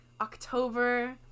October